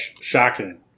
shocking